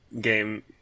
game